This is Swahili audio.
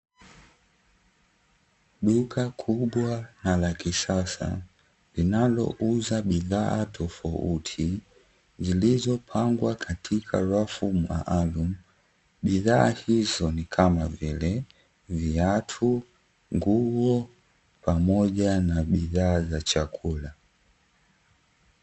Duka kubwa na la kisasa linalouza bidhaa tofauti lililopangwa katika rafu maalumu, bidhaa hizo ni kama vile viatu, nguo, pamoja na bidhaa za chakula.